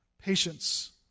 patience